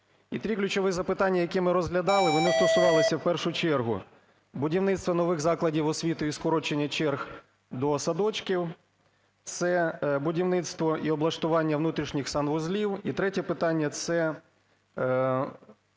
І три ключові запитання, які ми розглядали, вони стосувалися в першу чергу будівництва нових закладів освіти і скорочення черг до садочків. Це будівництво і облаштування внутрішніх санвузлів, і третє питання – це